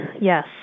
yes